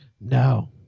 No